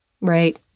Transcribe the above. Right